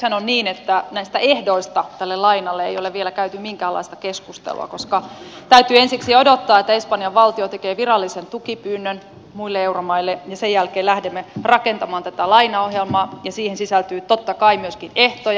nythän on niin että näistä ehdoista tälle lainalle ei ole vielä käyty minkäänlaista keskustelua koska täytyy ensiksi odottaa että espanjan valtio tekee virallisen tukipyynnön muille euromaille ja sen jälkeen lähdemme rakentamaan tätä lainaohjelmaa ja siihen sisältyy totta kai myöskin ehtoja